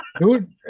Dude